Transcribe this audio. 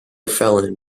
felon